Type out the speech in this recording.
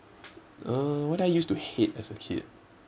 uh what did I use to hate as a kid